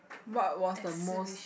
what was the most